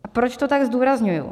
A proč to tak zdůrazňuji?